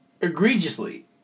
egregiously